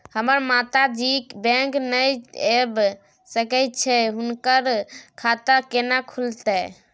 हमर माता जी बैंक नय ऐब सकै छै हुनकर खाता केना खूलतै?